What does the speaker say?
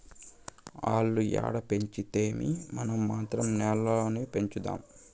ఆల్లు ఏడ పెంచితేమీ, మనం మాత్రం నేల్లోనే పెంచుదాము